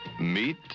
Meet